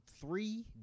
Three